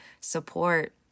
support